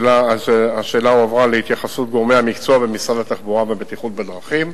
השאלה הועברה להתייחסות גורמי המקצוע במשרד התחבורה והבטיחות בדרכים.